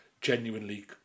genuinely